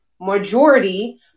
majority